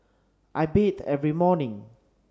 I bathe every morning